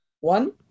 One